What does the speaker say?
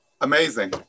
Amazing